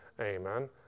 Amen